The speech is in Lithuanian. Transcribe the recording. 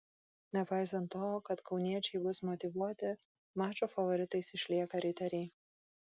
nepaisant to kad kauniečiai bus motyvuoti mačo favoritais išlieka riteriai